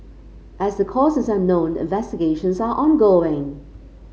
as the cause is unknown investigations are ongoing